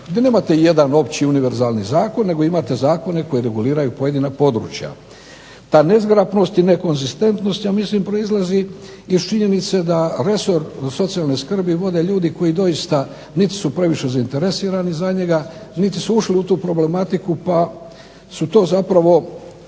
gdje nemate jedan opći univerzalni zakon nego imate zakone koji reguliraju pojedina područja. Ta nezgrapnost i nekonzistentnost ja mislim proizlazi iz činjenice da resor socijalne skrbi vode ljudi koji doista niti su previše zainteresirani za njega niti su ušli u tu problematiku pa su to zapravo